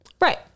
Right